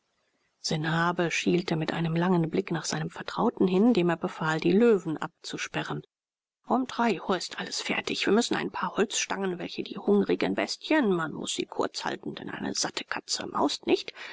sanhabe schielte mit einem langen blick nach seinem vertrauten hin dem er befahl die löwen abzusperren um drei uhr ist alles fertig wir müssen ein paar holzstangen welche die hungrigen bestien man muß sie kurz halten denn eine satte katze maust nicht